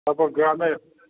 তারপর গ্রামে